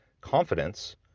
Confidence